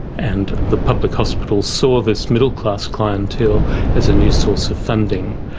and the public hospitals saw this middle class clientele as a new source of funding.